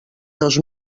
dos